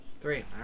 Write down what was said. Three